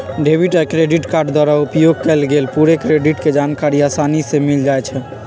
debit आ credit card द्वारा उपयोग कएल गेल पूरे क्रेडिट के जानकारी असानी से मिल जाइ छइ